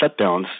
shutdowns